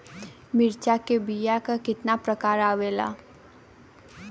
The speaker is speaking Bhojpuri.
मिर्चा के बीया क कितना प्रकार आवेला?